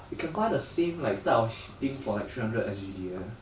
he can buy the same like type of sh~ thing for like three hundred S_G_D eh